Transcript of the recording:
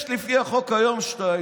יש לפי החוק היום שניים.